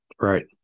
Right